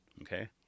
okay